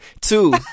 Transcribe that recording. Two